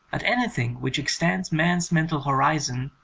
but anything which extends man's mental horizon,